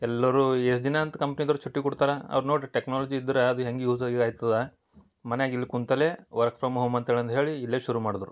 ಎಲ್ಲರೂ ಏಸ್ ದಿನ ಅಂತ ಕಂಪ್ನಿದೋರು ಚುಟ್ಟಿ ಕೊಡ್ತಾರೆ ಅವ್ರು ನೋಡಿರಿ ಟೆಕ್ನಾಲಜಿ ಇದ್ರೆ ಅದು ಹೆಂಗೆ ಯೂಸ್ ಆಗ್ತದ ಮನ್ಯಾಗೆ ಇಲ್ಲಿ ಕುಳ್ತಲ್ಲೇ ವರ್ಕ್ ಫ್ರಮ್ ಹೋಮ್ ಅಂತ ಹೇಳಿ ಅಂದು ಹೇಳಿ ಇಲ್ಲೇ ಶುರು ಮಾಡಿದ್ರು